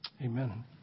amen